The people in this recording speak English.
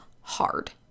hard